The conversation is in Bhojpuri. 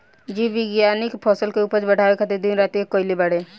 जीव विज्ञानिक फसल के उपज बढ़ावे खातिर दिन रात एक कईले बाड़े